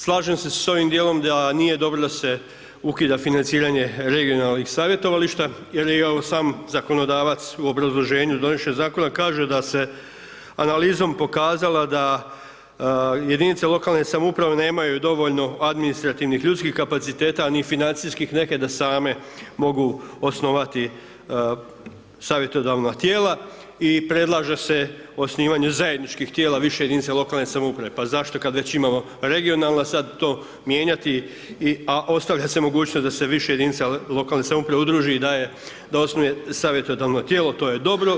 Slažem se s ovim dijelom da nije dobro da se ukida financiranje regionalnih savjetovališta jer i evo sam zakonodavac u obrazloženju donošenja zakona kaže da se analizom pokazala da jedinice lokalne samouprave nemaju dovoljno administrativnih ljudskih kapaciteta, ni financijskih neke da same mogu osnovati savjetodavna tijela i predlaže se osnivanje zajedničkih tijela više jedinica lokalne samouprave, pa zašto kad već imamo regionalna sad to mijenjati, a ostavlja se mogućnost da se više jedinica lokalne samouprave udruži i da osnuje savjetodavno tijelo, to je dobro.